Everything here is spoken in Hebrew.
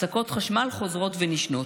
הפסקות חשמל חוזרות ונשנות.